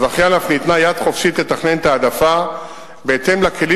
לזכיין אף ניתנה יד חופשית לתכנן את ההעדפה בהתאם לכלים